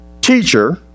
Teacher